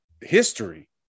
history